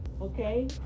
okay